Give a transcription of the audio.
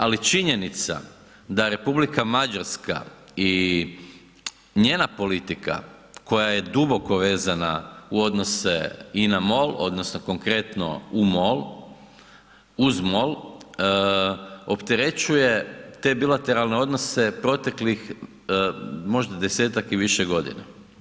Ali činjenica da Republika Mađarska i njena politika koja je duboko vezana u odnose INA MOL odnosno konkretno u MOL, uz MOL opterećuje te bilateralne odnose proteklih možda desetak i više godina.